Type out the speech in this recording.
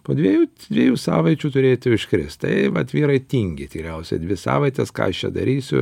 po dviejų trijų savaičių turėtų iškrėst tai vat vyrai tingi tikriausiai dvi savaites ką aš čia darysiu